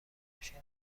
ماشین